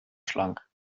schlank